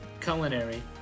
culinary